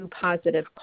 positive